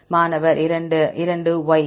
மாணவர் 2 2 Y